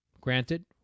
Granted